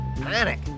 Panic